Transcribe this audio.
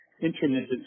intermittent